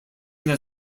that